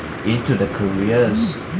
into the careers